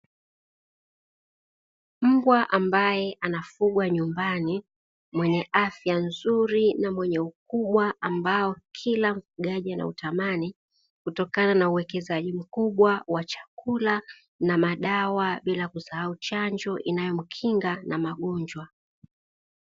Mbwa ambaye anafugwa nyumbani, mwenye afya nzuri na mwenye ukubwa ambao Kila mfugaji anautamani, kutokana na uwekezaji mkubwa wa chakula na madawa bila kusahau chanjo inayomkinga na magonjwa.